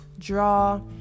draw